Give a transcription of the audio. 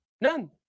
None